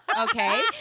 okay